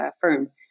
firm